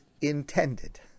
intended